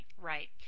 Right